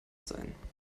sein